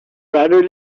rather